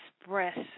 express